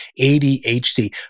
ADHD